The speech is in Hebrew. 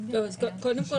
קודם כול,